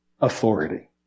authority